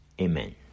Amen